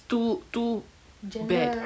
too too bad